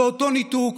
זה אותו ניתוק.